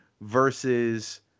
versus